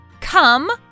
Come